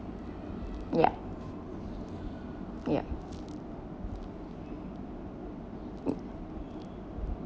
ya ya mm